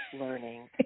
learning